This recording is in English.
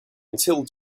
until